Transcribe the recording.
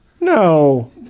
No